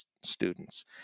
students